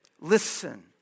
Listen